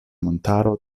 montaro